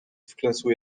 wklęsły